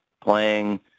playing